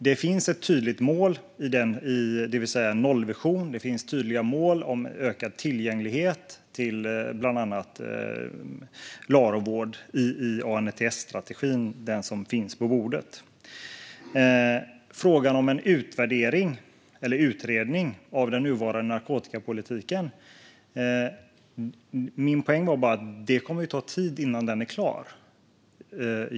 Det finns ett tydligt mål, det vill säga en nollvision, och det finns tydliga mål om ökad tillgänglighet till bland annat LARO-vård i ANDTS-strategin som finns på bordet. När det gäller frågan om en utredning av den nuvarande narkotikapolitiken var min poäng att det kommer att ta tid innan den är klar.